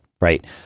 right